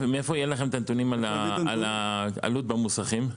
מאיפה יהיה לכם את הנתונים על העלות במוסכים?